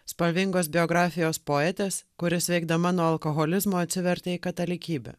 spalvingos biografijos poetės kuri sveikdama nuo alkoholizmo atsivertė į katalikybę